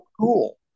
cool